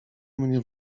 mnie